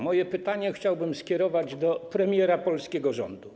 Moje pytanie chciałbym skierować do premiera polskiego rządu.